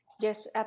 Yes